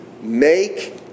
Make